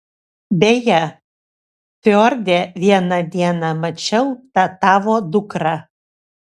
beje fjorde vieną dieną mačiau tą tavo dukrą